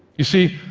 you see,